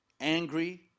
angry